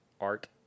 art –